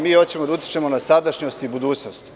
Mi hoćemo da utičemo na sadašnjost i budućnost.